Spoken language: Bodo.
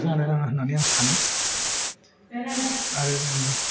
जानो नाङा होननानै आं सानो आरो जों